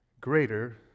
greater